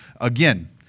again